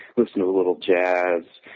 listen a little jazz,